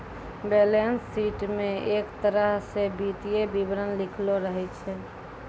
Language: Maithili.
बैलेंस शीट म एक तरह स वित्तीय विवरण लिखलो रहै छै